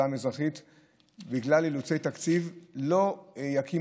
רק את ההכנה ורק את המסילה ולא רוצים